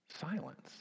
silence